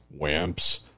wimps